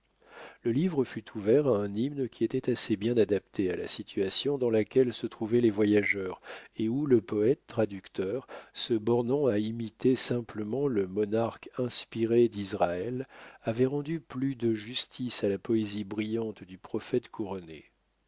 le livre fut ouvert à un hymne qui était assez bien adapté à la situation dans laquelle se trouvaient les voyageurs et où le poète traducteur se bornant à imiter simplement le monarque inspiré d'israël avait rendu plus de justice à la poésie brillante du prophète couronné